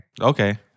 Okay